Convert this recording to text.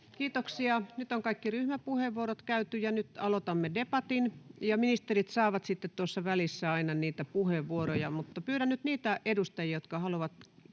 Kiitoksia. — Nyt on kaikki ryhmäpuheenvuorot käyty, ja nyt aloitamme debatin. Ministerit saavat sitten tuossa välissä aina puheenvuoroja. Pyydän nyt niitä edustajia, jotka haluavat